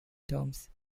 terms